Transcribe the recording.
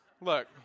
look